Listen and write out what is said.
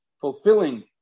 fulfilling